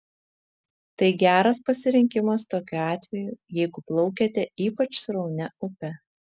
tai geras pasirinkimas tokiu atveju jeigu plaukiate ypač sraunia upe